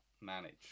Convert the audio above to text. manage